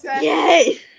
Yay